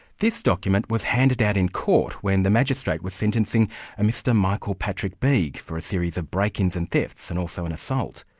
this document was handed out in court when the magistrate was sentencing a mr michael patrick bieg for a series of break-ins and thefts, and also an assault.